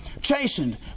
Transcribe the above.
Chastened